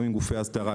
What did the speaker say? גם עם גופי ההסדרה,